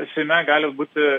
seime gali būti